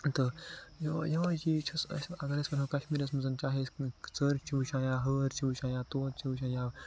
تہٕ یُہٕے یُہٕے چیٖز چھِ اَسہِ اَگر أسۍ وَنَو کشمیٖرَس منٛز چاہے ژٔر چھِ وٕچھان یا ہٲر چھِ وٕچھان یا توتہٕ چھِ وٕچھان یا